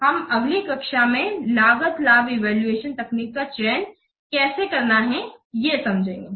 हम अगली कक्षा में लागत लाभ इवैल्यूएशन तकनीक का चयन कैसे करना है ये समझगे